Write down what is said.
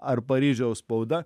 ar paryžiaus spauda